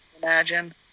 imagine